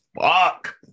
fuck